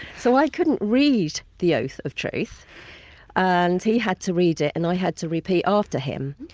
so i couldn't read the oath of truth and he had to read it and i had to repeat after him.